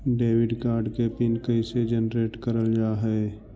Debit card के PIN कैसे generate करल जाहै?